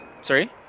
Sorry